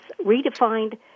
redefined